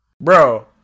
Bro